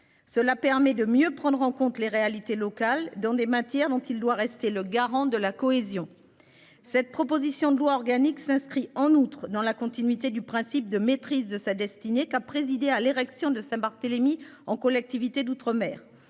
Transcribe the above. Cela permet de mieux prendre en compte les réalités locales dans des matières dont il doit rester le garant de la cohésion. Cette proposition de loi organique s'inscrit en outre dans la continuité du principe de maîtrise de sa destinée qu'a présidé à l'érection de Saint-Barthélemy en collectivité d'outre-mer.